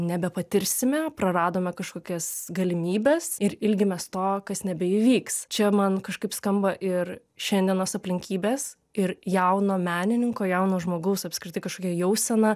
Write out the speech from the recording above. nebepatirsime praradome kažkokias galimybes ir ilgimės to kas nebeįvyks čia man kažkaip skamba ir šiandienos aplinkybės ir jauno menininko jauno žmogaus apskritai kažkokia jausena